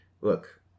look